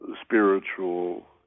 spiritual